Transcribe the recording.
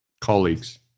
colleagues –